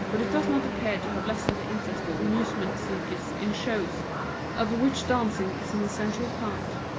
but it does not appear to have lessened the interest of amusement seekers in shows of which dancing is an essential part.